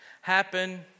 happen